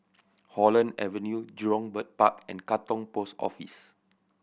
Holland Avenue Jurong Bird Park and Katong Post Office